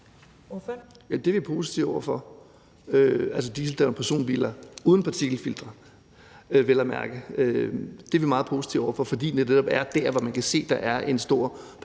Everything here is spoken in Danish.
Det er vi positive over for, altså i forhold til dieseldrevne personbiler uden partikelfilter vel at mærke. Det er vi meget positive over for, fordi det netop er der, hvor man kan se, at der er en stor partikelforurening.